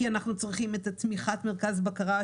כי אנחנו צריכים את צמיחת מרכז בקרה,